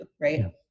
right